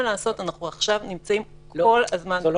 זאת לא